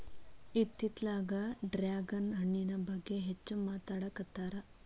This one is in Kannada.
ಇತ್ತಿತ್ತಲಾಗ ಡ್ರ್ಯಾಗನ್ ಹಣ್ಣಿನ ಬಗ್ಗೆ ಹೆಚ್ಚು ಮಾತಾಡಾಕತ್ತಾರ